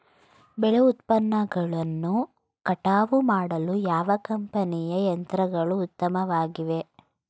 ಬೆಳೆ ಉತ್ಪನ್ನಗಳನ್ನು ಕಟಾವು ಮಾಡಲು ಯಾವ ಕಂಪನಿಯ ಯಂತ್ರಗಳು ಉತ್ತಮವಾಗಿವೆ?